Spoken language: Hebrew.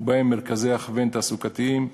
ובהם מרכזי הכוון תעסוקתיים,